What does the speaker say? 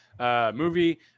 Movie